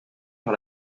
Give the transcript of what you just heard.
par